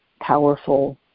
powerful